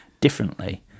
differently